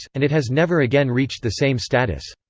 and it has never again reached the same status.